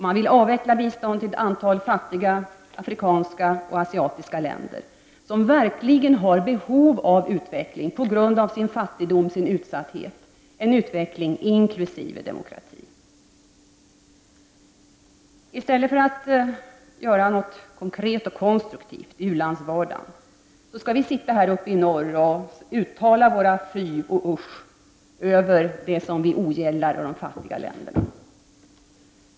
Man vill avveckla biståndet till ett antal fattiga afrikanska och asiatiska länder, som på grund av sin fattigdom och utsatthet verkligen har behov av utveckling, inkl. en utveckling mot demokrati. I stället för att göra något konkret och konstruktivt i u-landsvardagen anser moderaterna att vi skall sitta här uppe i norr och uttala våra ”fy” och ”usch” över det som vi ogillar i de fattiga länderna.